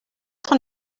von